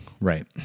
Right